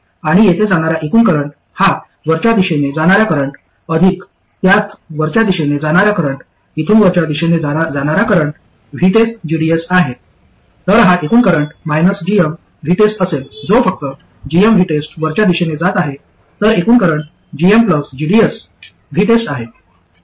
आणि येथे जाणारा एकूण करंट हा वरच्या दिशेने जाणारा करंट अधिक त्यात वरच्या दिशेने जाणारा करंट इथून वरच्या दिशेने जाणारा करंट VTESTgds आहे तर हा एकूण करंट gmVTEST असेल जो फक्त gmVTEST वरच्या दिशेने जात आहे तर एकूण करंट gm gdsVTEST आहे